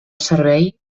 servei